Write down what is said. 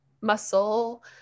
muscle